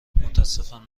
متاسفم